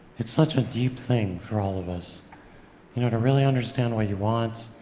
it's such a deep thing for all of us, you know to really understand what you want,